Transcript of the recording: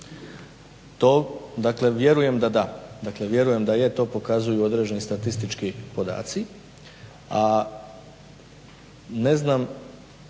To vjerujem da da, dakle vjerujem da je to pokazuju određene statistički podaci. A ne znam